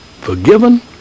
forgiven